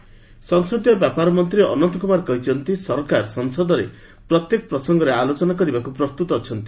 ଅନନ୍ତ କଂଗ୍ରେସ ସଂସଦୀୟ ବ୍ୟାପାର ମନ୍ତ୍ରୀ ଅନନ୍ତ କୃମାର କହିଛନ୍ତି ସରକାର ସଂସଦରେ ପ୍ରତ୍ୟେକ ପ୍ରସଙ୍ଗରେ ଆଲୋଚନା କରିବାକୁ ପ୍ରସ୍ତୁତ ଅଛନ୍ତି